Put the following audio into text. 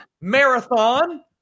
Marathon